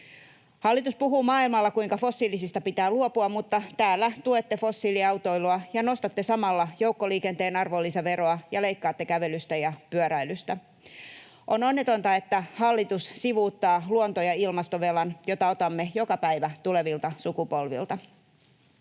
Hallitus puhuu maailmalla, kuinka fossiilisista pitää luopua, mutta täällä tuette fossiiliautoilua ja nostatte samalla joukkoliikenteen arvonlisäveroa ja leikkaatte kävelystä ja pyöräilystä. On onnetonta, että hallitus sivuuttaa luonto‑ ja ilmastovelan, jota otamme joka päivä tulevilta sukupolvilta.